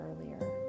earlier